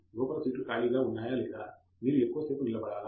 లోపల సీట్లు ఖాళీ గా ఉన్నాయా లేదా మీరు ఎక్కువ సేపు నిలబడాలా